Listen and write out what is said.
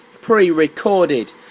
pre-recorded